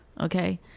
Okay